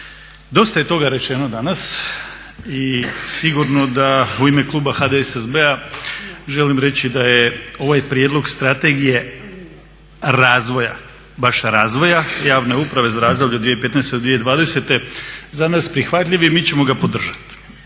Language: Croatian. Dosta je toga rečeno danas i sigurno da u ime kluba HDSSB-a želim reći da je ovaj prijedlog Strategije razvoja, baš razvoja javne uprave za razdoblje 2015.-2020. za nas prihvatljiv i mi ćemo ga podržati